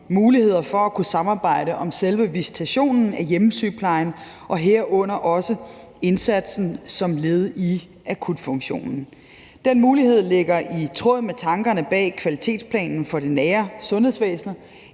muligheder for at kunne samarbejde om selve visitationen af hjemmesygeplejen, herunder også indsatsen som led i akutfunktionen. Den mulighed ligger i tråd med tankerne bag kvalitetsplanen for det nære sundhedsvæsen.